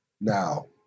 Now